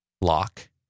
lock